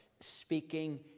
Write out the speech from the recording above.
speaking